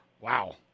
Wow